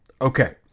Okay